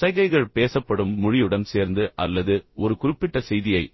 சைகைகள் பேசப்படும் மொழியுடன் சேர்ந்து அல்லது ஒரு குறிப்பிட்ட செய்தியை